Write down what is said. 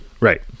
Right